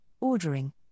ordering